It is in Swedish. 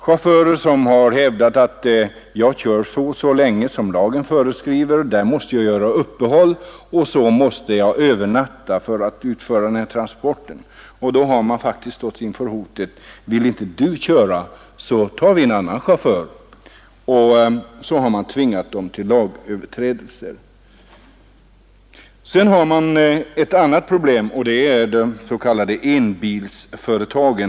Chaufförer har förklarat att de kör så länge som lagen föreskriver och att de sedan måste göra uppehåll och övernatta för att utföra transporten lagenligt. Men då har de ställts inför hotet: Om inte du vill köra, så tar vi en annan chaufför. Därmed har de tvingats till lagöverträdelser. Ett annat problem är de s.k. enbilsföretagen.